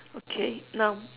okay now